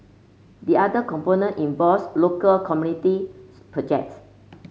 the other component involves local community projects